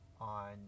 on